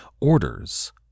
orders